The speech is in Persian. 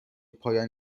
پایان